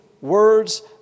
words